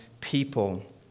people